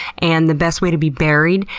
and the best way to be buried,